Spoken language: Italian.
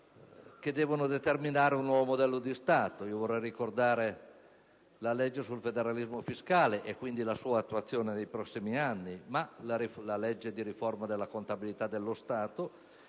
che devono determinare un nuovo modello di Stato (vorrei ricordare la legge sul federalismo fiscale e quindi la sua attuazione nei prossimi anni, la legge di riforma della contabilità dello Stato)